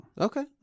okay